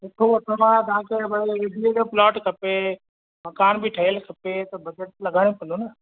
हिकड़ो त भाउ तव्हां खे भई एरिया में प्लाट खपे मकान बि ठहियल खपे त बजट लॻाइणो पवंदो न